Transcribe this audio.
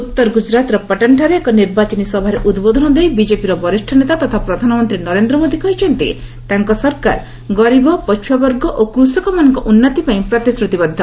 ଉତ୍ତର ଗୁଜରାତର ପଟନଠାରେ ଏକ ନିର୍ବାଚନୀ ସଭାରେ ଉଦ୍ବୋଧନ ଦେଇ ବିଜେପିର ବରିଷ୍ଣ ନେତା ତଥା ପ୍ରଧାନମନ୍ତ୍ରୀ ନରେନ୍ଦ୍ର ମୋଦି କହିଛନ୍ତି' ତାଙ୍କ ସରକାର ଗରିବ ପଛ୍ରଆବର୍ଗ ଓ କୃଷକମାନଙ୍କ ଉନ୍ନତି ପାଇଁ ପ୍ରତିଶୁତିବଦ୍ଧ